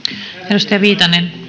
arvoisa